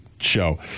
show